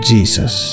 Jesus